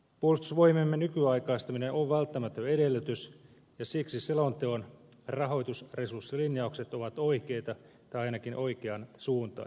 puolustusvoimiemme nykyaikaistaminen on välttämätön edellytys ja siksi selonteon rahoitusresurssilinjaukset ovat oikeita tai ainakin oikeansuuntaisia